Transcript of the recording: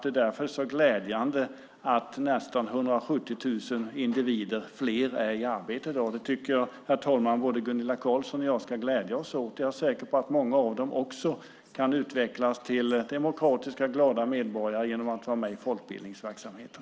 Det är därför det är så glädjande att nästan 170 000 fler individer är i arbete i dag. Herr talman! Det tycker jag att både Gunilla Carlsson och jag ska glädja oss åt. Jag är säker på att många av dem också kan utvecklas till demokratiska, glada medborgare genom att vara med i folkbildningsverksamheten.